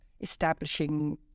establishing